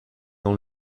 dans